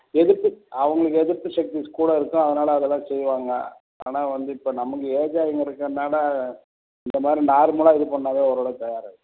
எதிர்ப்பு அவங்களுக்கு எதிர்ப்பு சக்தி கூட இருக்கும் அதனால் அதுல்லாம் செய்வாங்க ஆனால் வந்து இப்போ நமக்கு ஏஜ் ஆகி இருக்கனால இந்த மாதிரி நார்மலாக இது பண்ணாவே ஓரளவுக்கு தயாராயிரும்